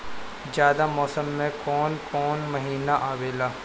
जायद मौसम में कौन कउन कउन महीना आवेला?